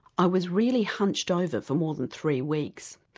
i was really hunched over for more than three weeks.